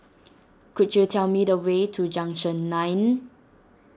could you tell me the way to Junction nine